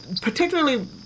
particularly